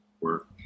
work